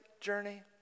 journey